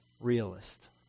realist